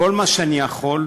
כל מה שאני יכול,